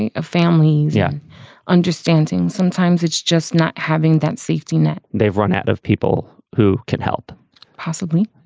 and of family yeah understanding. sometimes it's just not having that safety net they've run out of people who can help possibly.